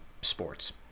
sports